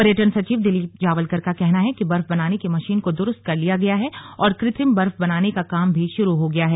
पर्यटन सचिव दिलीप जावलकर का कहना है कि बर्फ बनाने की मशीन को द्रुस्त कर लिया गया है और कृत्रिम बर्फ बनाने का काम भी शुरू हो गया है